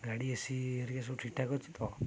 ଗାଡ଼ି A C ହେରିକା ସବୁ ଠିକ୍ ଠାକ୍ ଅଛି ତ